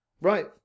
Right